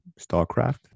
StarCraft